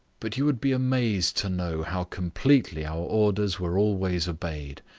but you would be amazed to know how completely our orders were always obeyed.